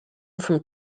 from